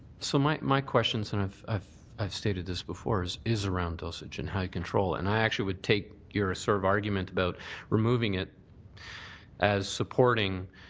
so my my question, sort of ah i stated this before, is is around ah and high control and i actually would take your sort of argument about removing it as supporting